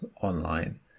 online